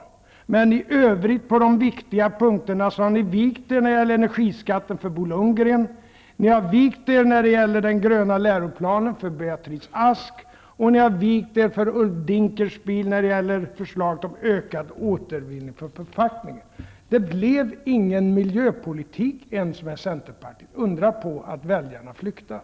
I övrigt har ni vikt er på de viktiga punkterna: när det gäller energiskatten för Bo Lundgren, beträffande den gröna läroplanen för Beatrice Ask och rörande förslaget om ökad återvinning av förpackningar för Ulf Dinkelspiel. Det blev inte någon miljöpolitik trots att Centerpartiet var med -- undra på att väljarna flyktar.